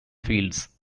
fields